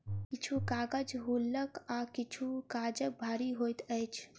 किछु कागज हल्लुक आ किछु काजग भारी होइत अछि